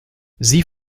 sie